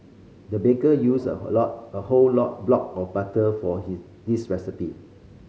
the baker used a a whole block of butter for he this recipe